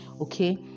Okay